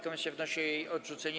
Komisja wnosi o jej odrzucenie.